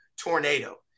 tornado